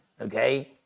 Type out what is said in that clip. okay